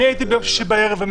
הייתי אתמול במסעדה.